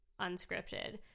unscripted